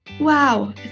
wow